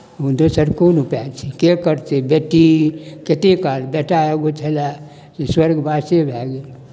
दोसर कोन उपाय छै के करतै बेटी कतेक काल बेटा एगो छलय से स्वर्गवासे भए गेल